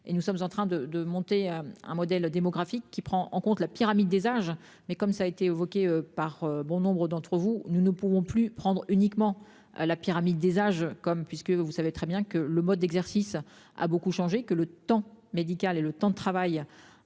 et nous sommes en train de, de monter à un modèle démographique qui prend en compte la pyramide des âges, mais comme ça a été évoqué par bon nombre d'entre vous. Nous ne pouvons plus prendre uniquement à la pyramide des âges comme puisque vous savez très bien que le mode d'exercice a beaucoup changé, que le temps médical et le temps de travail